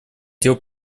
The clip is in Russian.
дел